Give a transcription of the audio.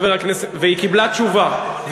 היא קיבלה תשובה,